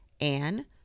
Anne